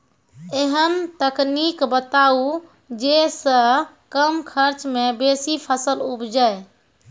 ऐहन तकनीक बताऊ जै सऽ कम खर्च मे बेसी फसल उपजे?